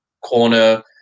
corner